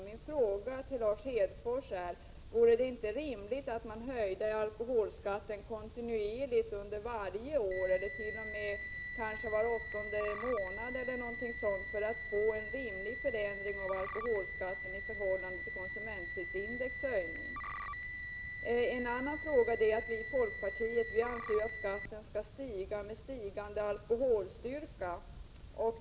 Min fråga till Lars Hedfors är: Vore det inte rimligt att alkoholskatten höjdes kontinuerligt varje år eller t.o.m. var åttonde månad eller något liknande för att få en rimlig förändring av alkoholskatten i förhållande till höjningen av konsumentprisindex? Vi i folkpartiet anser att skatten skall stiga allteftersom alkoholstyrkan stiger.